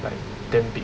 like damn big